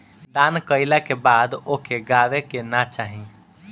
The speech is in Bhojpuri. दान कइला के बाद ओके गावे के ना चाही